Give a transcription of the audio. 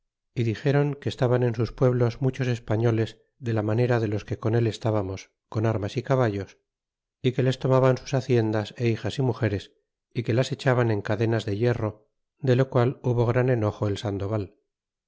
y dixéron que estaban en sus pueblos muchos españoles de la manera de los que con él estábamos con armas y caballos y que les tomaban sus haciendas é hijas y mugeres y que las echaban en cadenas de hierro de lo qual hubo gran enojo el sandoval